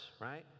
right